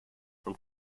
from